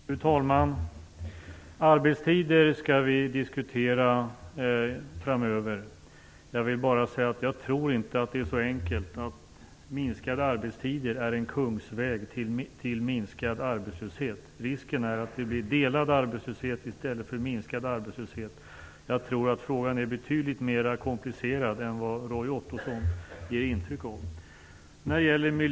Fru talman! Arbetstider skall vi diskutera framöver. Jag vill bara säga att jag inte tror att det är så enkelt som att minskade arbetstider är en kungsväg till minskad arbetslöshet. Risken är att det blir delad arbetslöshet i stället för minskad arbetslöshet. Jag tror att frågan är betydligt mer komplicerad än vad Roy Ottosson ger intryck av.